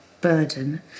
burden